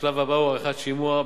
השלב הבא הוא עריכת שימוע.